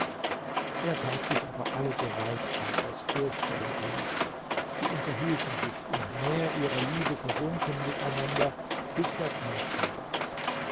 er tat sich aber alle gewalt an aus furcht vor dem kalifen sie unterhielten sich im meer ihrer liebe versunken miteinander bis der tag anbrach